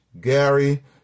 Gary